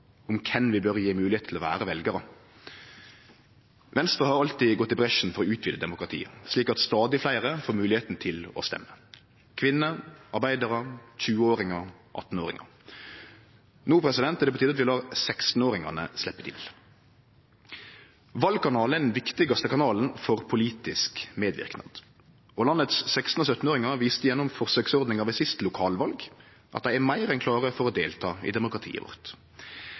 om kven vi bør gje høve til å vere veljarar. Venstre har alltid gått i bresjen for å utvide demokratiet, slik at stadig fleire får høve til å stemme – kvinner, arbeidarar, 20-åringar, 18-åringar. No er det på tide at vi lèt 16-åringane sleppe til. Valkanalen er den viktigaste kanalen for politisk medverknad, og 16- og 17-åringane våre viste gjennom forsøksordninga ved siste lokalval at dei er meir enn klare for å delta i demokratiet vårt.